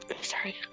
Sorry